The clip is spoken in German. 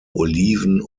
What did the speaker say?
oliven